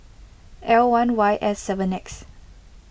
L one Y S seven X